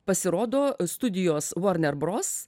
pasirodo studijos vorner bros